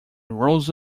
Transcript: rose